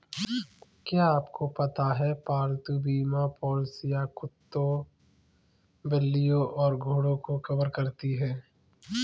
क्या आपको पता है पालतू बीमा पॉलिसियां कुत्तों, बिल्लियों और घोड़ों को कवर करती हैं?